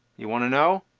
you want to know?